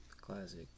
Classic